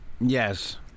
Yes